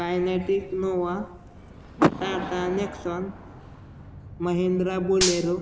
kinetic nova Tata Nexon Mahindra bolero